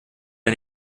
der